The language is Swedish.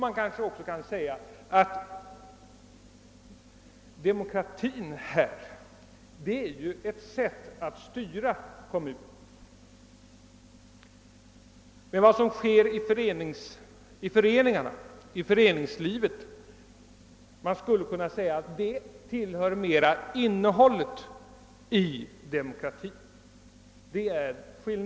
Man kanske också kan uttrycka saken så att genom demokratin styrs kommunerna. Det som sker i föreningslivet tillhör mera det allmänna innehållet i demokratin.